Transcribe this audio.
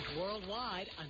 worldwide